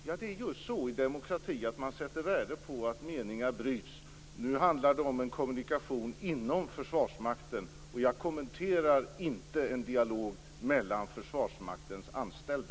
Fru talman! Det är just så i en demokrati, att man sätter värde på att meningar bryts. Nu handlar det om en kommunikation inom Försvarsmakten, och jag kommenterar inte en dialog mellan Försvarsmaktens anställda.